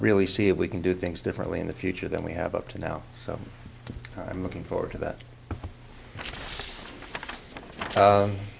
really see if we can do things differently in the future than we have up to now so i'm looking forward to that